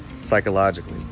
psychologically